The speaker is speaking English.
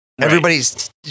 Everybody's